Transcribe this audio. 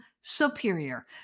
superior